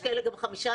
יש כאלה יש 15,